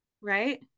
Right